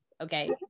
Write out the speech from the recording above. Okay